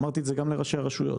אמרתי את זה גם לראשי הרשויות.